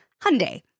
Hyundai